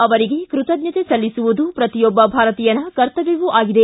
ಅವರಿಗೆ ಕೃತಜ್ಞತೆ ಸಲ್ಲಿಸುವುದು ಪ್ರತಿಯೊಬ್ಬ ಭಾರತೀಯನ ಕರ್ತಮ್ಖವೂ ಆಗಿದೆ